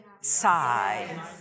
side